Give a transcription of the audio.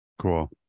Cool